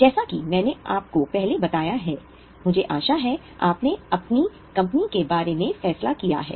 जैसा कि मैंने आपको पहले बताया है मुझे आशा है कि आपने अपनी कंपनी के बारे में फैसला किया है